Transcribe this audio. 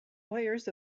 players